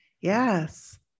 Yes